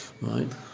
Right